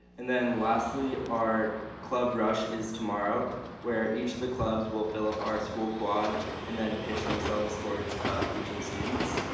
and then lastly, our club rush is tomorrow where each of the clubs will fill up our school quad and then pitch themselves towards each of the students.